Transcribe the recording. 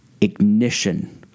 ignition